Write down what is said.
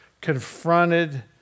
confronted